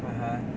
(uh huh)